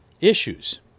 issues